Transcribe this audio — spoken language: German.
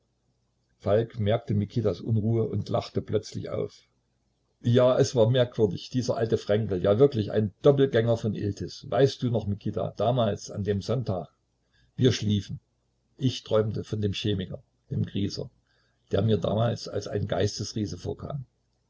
falk merkte mikitas unruhe und lachte plötzlich auf ja es war merkwürdig dieser alte fränkel ja wirklich ein doppelgänger von iltis weißt du noch mikita damals an dem sonntag wir schliefen ich träumte von dem chemiker dem grieser der mir damals als ein geistesriese vorkam